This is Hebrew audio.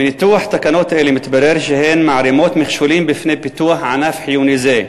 מניתוח תקנות אלה מתברר שהן מערימות מכשולים בפני פיתוח ענף חיוני זה,